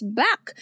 back